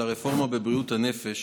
של הרפורמה לבריאות הנפש